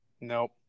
Nope